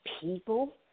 people